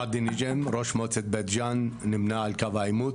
ראדי נג'ם ראש מועצת בית ג'ן נמנה על קו העימות.